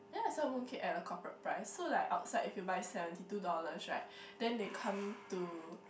ya sell mooncake at the corporate price so like outside if you buy seventy two dollars right then they come to